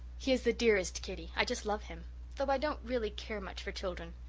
he is the dearest kiddy. i just love him though i don't really care much for children.